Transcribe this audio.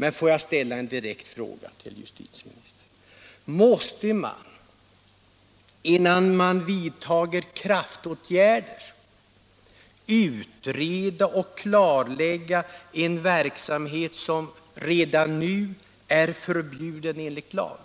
Men låt mig ställa en direkt fråga: Måste man innan man vidtager kraftåtgärder utreda och kartlägga en verksamhet som redan nu är förbjuden enligt lag